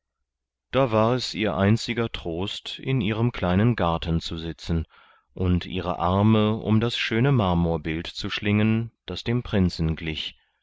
da war es ihr einziger trost in ihrem kleinen garten zu sitzen und ihre arme um das schöne marmorbild zu schlingen das dem prinzen glich